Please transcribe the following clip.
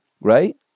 right